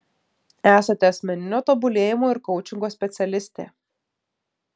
esate asmeninio tobulėjimo ir koučingo specialistė